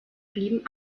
blieben